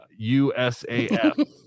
USAF